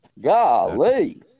Golly